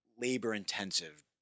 labor-intensive